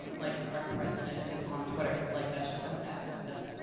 um like our president is on twitter. like that's just a fact. that's,